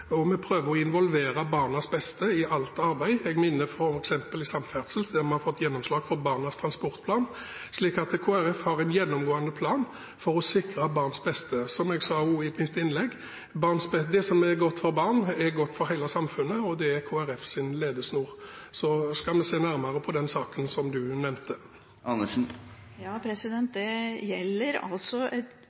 og vi prøver å involvere barnas beste i alt arbeid, f.eks. i samferdsel, der vi har fått gjennomslag for Barnas transportplan. Så Kristelig Folkeparti har en gjennomgående plan for å sikre barns beste. Som jeg sa også i mitt innlegg: Det som er godt for barn, er godt for hele samfunnet, og det er Kristelig Folkepartis ledesnor. Så skal vi se nærmere på den saken som du nevnte. Det gjelder altså